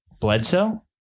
bledsoe